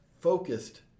focused